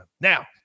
Now